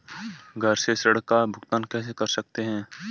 घर से ऋण का भुगतान कैसे कर सकते हैं?